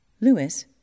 Lewis